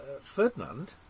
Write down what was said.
Ferdinand